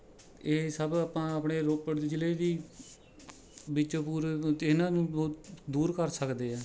ਇਹ ਸਭ ਆਪਾਂ ਆਪਣੇ ਰੋਪੜ ਜ਼ਿਲ੍ਹੇ ਦੀ ਵਿੱਚ ਪੂਰਵ ਅਤੇ ਇਨ੍ਹਾਂ ਨੂੰ ਵ ਦੂਰ ਕਰ ਸਕਦੇ ਆ